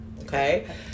okay